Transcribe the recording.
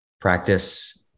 Practice